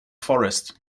forest